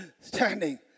standing